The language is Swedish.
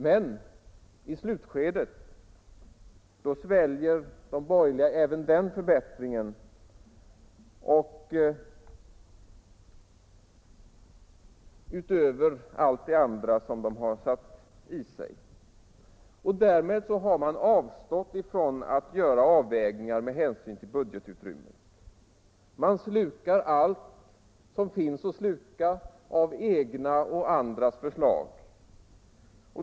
Men i slutskedet svalde de borgerliga även förbättringen av lånestödet, utöver allt det andra de hade satt i sig. Därmed har de avstått från att göra avvägningar med hänsyn till budgetutrymmet. Man slukar allt som finns att sluka av egna och andras förslag.